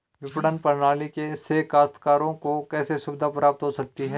विपणन प्रणाली से काश्तकारों को कैसे सुविधा प्राप्त हो सकती है?